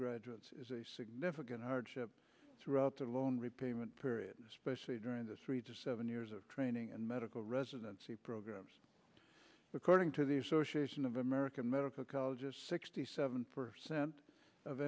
graduates is a significant hardship throughout the loan repayment period especially during the three to seven years of training and medical residency programs according to the association of american medical colleges sixty seven percent of